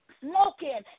smoking